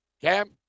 Cam